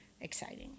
exciting